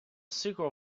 circle